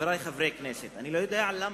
חברי חברי הכנסת, אני לא יודע למה